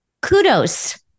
kudos